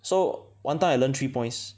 so one time I learn three points